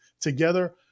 together